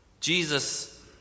Jesus